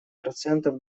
процентов